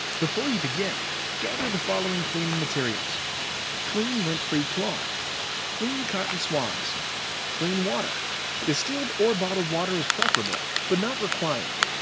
before you begin, gather the following cleaning materials clean, lint-free cloth clean cotton swabs clean water distilled or bottled water is preferable but not required.